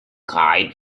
kite